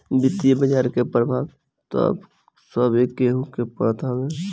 वित्तीय बाजार कअ प्रभाव तअ सभे केहू पअ पड़त हवे